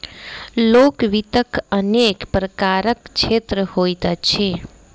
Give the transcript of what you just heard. लोक वित्तक अनेक प्रकारक क्षेत्र होइत अछि